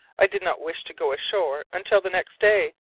i did not wish to go ashore until the next day.